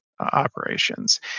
operations